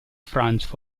franz